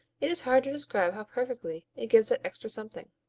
it is hard to describe how perfectly it gives that extra something.